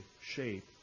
shape